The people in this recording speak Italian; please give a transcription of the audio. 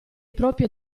proprie